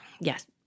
yes